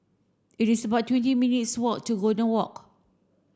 it is about twenty minutes' walk to Golden Walk